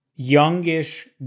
youngish